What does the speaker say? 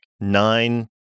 nine